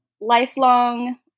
lifelong